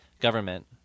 government